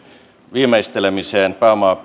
viimeistelemiseen